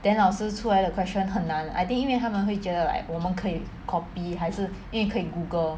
then 老师出来的 question 很难 I think 因为他们会觉得 like 我们可以 copy 还是因为可以 Google